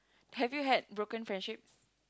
have you had broken friendship